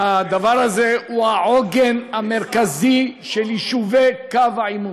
הדבר הזה הוא העוגן המרכזי של יישובי קו העימות,